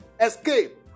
escape